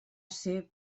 ser